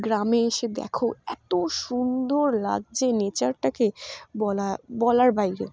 গ্রামে এসে দেখো এত সুন্দর লাগে যে নেচারটাকে বলা বলার বাইরে